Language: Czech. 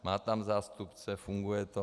Má tam zástupce a funguje to.